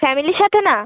ফ্যামিলির সাথে না